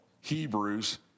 Hebrews